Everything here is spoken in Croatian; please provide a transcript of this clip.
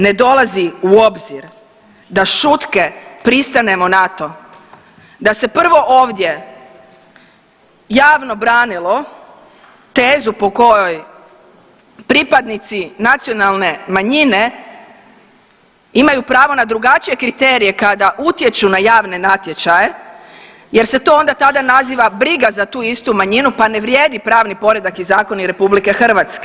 Ne dolazi u obzir da šutke pristanemo na to, da se prvo ovdje javno branilo tezu po kojoj pripadnici nacionalne manjine imaju pravo na drugačije kriterije kada utječu na javne natječaje jer se to onda tada naziva za briga za tu istu manjinu pa ne vrijedi pravni poredak i zakoni RH.